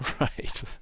Right